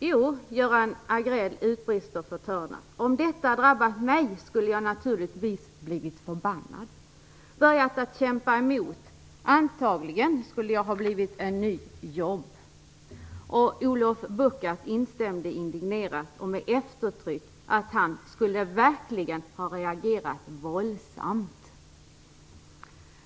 Jo, Göran Agrell utbrast förtörnad: Om detta drabbat mig, skulle jag naturligtvis blivit förbannad, börjat att kämpa emot. Antagligen skulle jag ha blivit en ny Job. Olof Buckard instämde indignerat och med eftertryck att han verkligen skulle ha reagerat våldsamt.